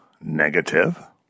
negative